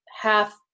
half